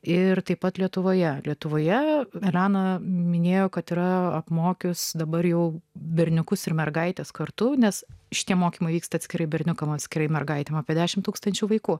ir taip pat lietuvoje lietuvoje elena minėjo kad yra apmokius dabar jau berniukus ir mergaites kartu nes šie mokymai vyksta atskirai berniukams atskirai mergaitėms apie dešim tūkstančių vaikų